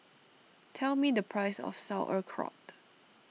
tell me the price of Sauerkraut